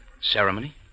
Ceremony